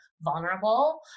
vulnerable